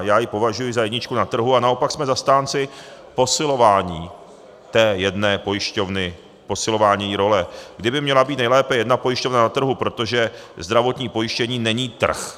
Já ji považuji za jedničku na trhu, a naopak jsme zastánci posilování té jedné pojišťovny, posilování její role, kdy by měla být nejlépe jedna pojišťovna na trhu, protože zdravotní pojištění není trh.